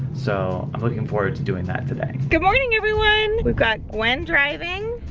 so i'm looking forward to doing that today. good morning, everyone! we've got gwen driving.